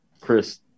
Chris